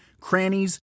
crannies